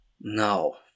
No